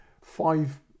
five